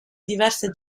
diverse